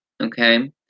okay